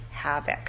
havoc